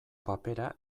papera